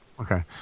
Okay